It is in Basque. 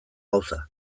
gauza